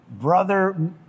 brother